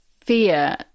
fear